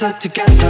together